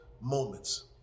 moments